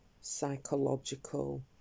psychological